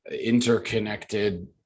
interconnected